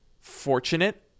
fortunate